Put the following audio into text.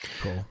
Cool